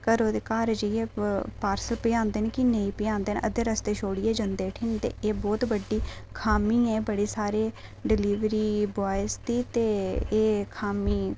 घरै दे घर जाइयै पार्सल पजांदे न कि नेईं पजांदे न अद्धे रस्ते छोड़ियै जंदे उठी ते एह् बहुत बड्डी खामी ऐ बड़े सारे डिलवरी बॉय दी ते एह् खामी